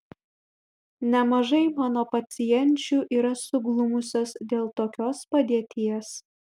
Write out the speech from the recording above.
nemažai mano pacienčių yra suglumusios dėl tokios padėties